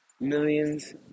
millions